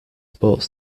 sports